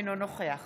אינו נוכח